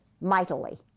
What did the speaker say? mightily